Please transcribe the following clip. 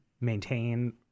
maintain